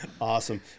awesome